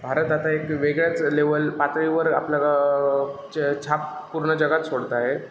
भारत आता एक वेगळ्याच लेवल पातळीवर आपल्याला च छाप पूर्ण जगात सोडत आहे